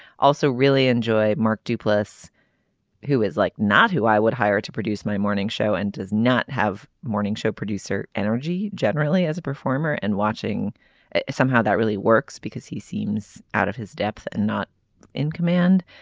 also really enjoy mark duplass who is like not who i would hire to produce my morning show and does not have morning show producer energy generally as a performer and watching somehow that really works because he seems out of his depth and not in command